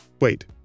Wait